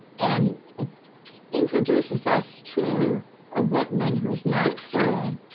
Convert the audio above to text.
and it introduces us to a whitman who's not so